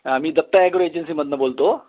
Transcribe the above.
ह मी दत्त ॲग्रो एजन्सीमधून बोलतो